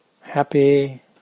happy